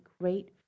great